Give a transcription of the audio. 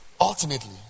Ultimately